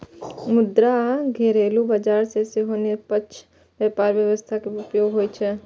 मुदा घरेलू बाजार मे सेहो निष्पक्ष व्यापार व्यवस्था के उपयोग होइ छै